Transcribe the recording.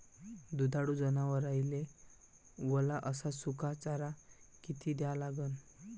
दुधाळू जनावराइले वला अस सुका चारा किती द्या लागन?